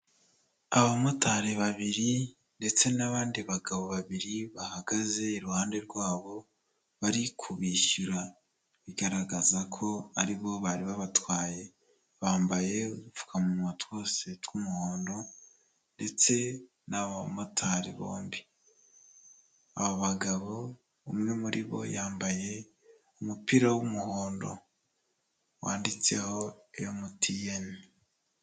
Abamotari babiri ndetse n'abandi bagabo babiri bahagaze iruhande rwabo bari kubishyura, bigaragaza ko aribo bari babatwaye, bambaye udupfukamunwa twose tw'umuhondo ndetse nabo bamotari bombi, abo bagabo umwe muri bo yambaye umupira w'umuhondo wanditseho MTN.